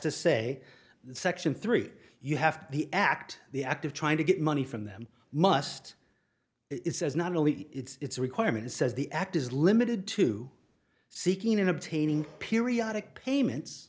to say section three you have to the act the act of trying to get money from them must it says not only it's a requirement it says the act is limited to seeking in obtaining periodic payments